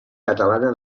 catalana